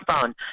phone